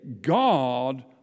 God